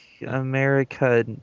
America